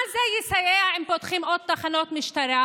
מה זה יסייע אם פותחים עוד תחנות משטרה,